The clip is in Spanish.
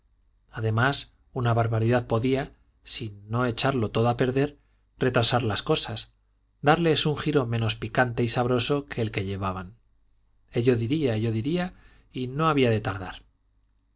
además una barbaridad podía si no echarlo todo a perder retrasar las cosas darles un giro menos picante y sabroso que el que llevaban ello diría ello diría y no había de tardar